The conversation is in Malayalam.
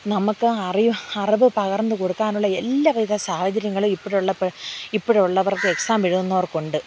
നമുക്ക് അറി അറിവ് പകർന്നു കൊടുക്കാനുള്ള എല്ലാവിധ സാഹചര്യങ്ങളും ഇപ്പോഴുള്ള ഇപ്പോഴുള്ളവർക്ക് എക്സാം എഴുതുന്നവർക്കുണ്ട്